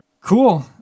Cool